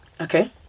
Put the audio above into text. Okay